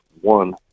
one